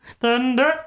Thunder